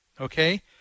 Okay